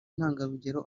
intangarugero